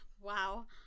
Wow